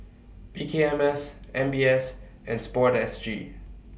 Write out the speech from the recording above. P K M S M B S and Sport S G